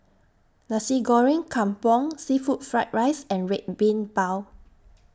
Nasi Goreng Kampung Seafood Fried Rice and Red Bean Bao